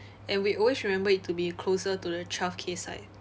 and we always remember it to be closer to the twelve K side